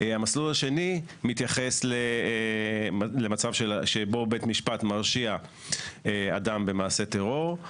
המסלול השני מתייחס למצב שבו בית משפט מרשיע אדם במעשה טרור,